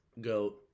GOAT